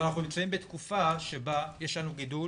אנחנו נמצאים בתקופה שבה יש לנו גידול